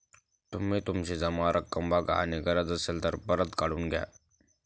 तुम्ही तुमची जमा रक्कम बघा आणि गरज असेल तर परत काढून घ्या